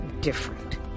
different